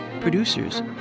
Producers